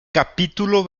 capítulo